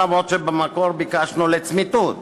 אף שבמקור ביקשנו לצמיתות.